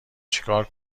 چیکار